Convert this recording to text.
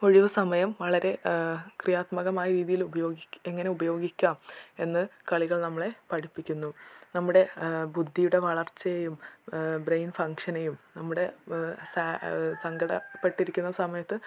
ഒഴിവ് സമയം വളരെ ക്രിയാത്മകമായ രീതിയിൽ ഉപയോഗിക്കാം എങ്ങനെ ഉപയോഗിക്കാം എന്ന് കളികൾ നമ്മളെ പഠിപ്പിക്കുന്നു നമ്മുടെ ബുദ്ധിയുടെ വളർച്ചയെയും ബ്രെയിൻ ഫങ്ഷനെയും നമ്മുടെ സങ്കടപ്പെട്ടിരിക്കുന്ന സമയത്ത്